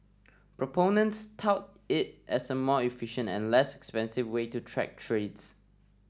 proponents tout it as a more efficient and less expensive way to track trades